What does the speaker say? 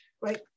right